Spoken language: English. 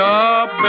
up